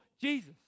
Jesus